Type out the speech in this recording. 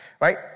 right